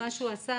מה שהוא עשה,